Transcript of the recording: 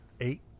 eight